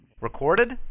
recorded